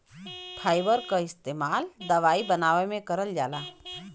fibre क इस्तेमाल दवाई बनावे में करल जाला